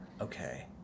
okay